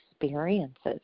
experiences